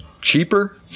Cheaper